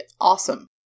awesome